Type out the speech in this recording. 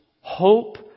hope